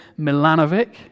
Milanovic